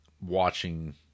watching